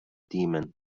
demon